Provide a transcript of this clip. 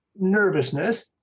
nervousness